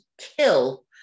kill